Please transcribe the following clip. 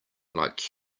like